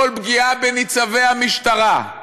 כל פגיעה בניצבי המשטרה,